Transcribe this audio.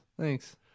Thanks